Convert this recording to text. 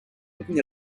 looking